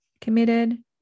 committed